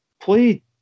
play